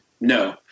No